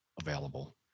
available